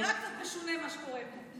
זה נראה קצת משונה, מה שקורה פה.